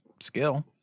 skill